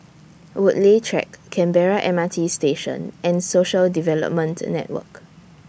Woodleigh Track Canberra M R T Station and Social Development Network